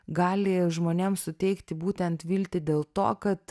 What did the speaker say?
gali žmonėm suteikti būtent viltį dėl to kad